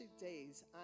days